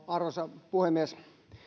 arvoisa puhemies